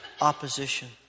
opposition